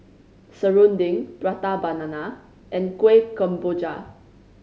serunding Prata Banana and Kueh Kemboja